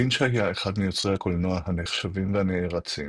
לינץ' היה אחד מיוצרי הקולנוע הנחשבים והנערצים.